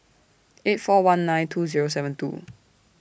eight four one nine two Zero seven two